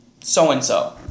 so-and-so